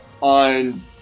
on